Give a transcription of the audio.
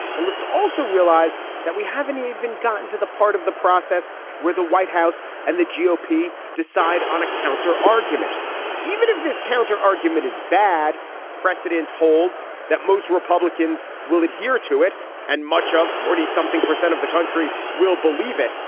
and let's also realize that we haven't even gotten to the part of the process where the white house and the gop ah decide on a counter argument even if this counter argument is bad precedent holds that most republicans will adhere to it and much of forty something percent of the country will believe it.